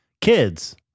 kids